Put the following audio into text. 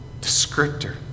descriptor